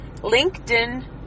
LinkedIn